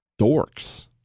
dorks